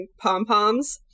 pom-poms